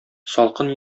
салкын